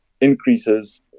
increases